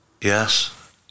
Yes